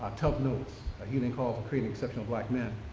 tough notes a healing call for creating exceptional black men.